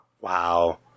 Wow